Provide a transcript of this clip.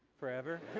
forever